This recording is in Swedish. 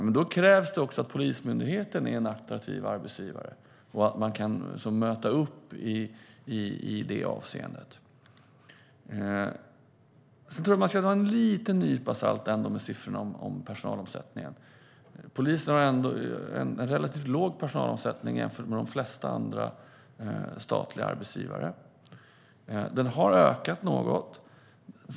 Men då krävs det också att Polismyndigheten är en attraktiv arbetsgivare och att man kan möta upp i det avseendet. Jag tror ändå att man ska ta siffrorna i fråga om personalomsättningen med en nypa salt. Polisen har en relativt låg personalomsättning jämfört med de flesta andra statliga arbetsgivare. Den har ökat något.